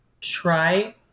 try